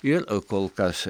ir kol kas